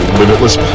limitless